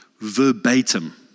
verbatim